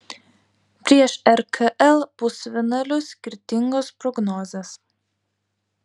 prieš rkl pusfinalius skirtingos prognozės